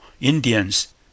Indians